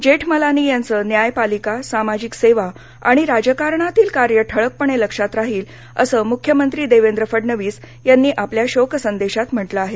जेठमलानी यांचं न्यायपालिका सामाजिक सेवा आणि राजकारणातील कार्य ठळकपणे लक्षात राहील असं मुख्यमंत्री देवेंद्र फडणवीस यांनी आपल्या शोकसंदेशात म्हटलं आहे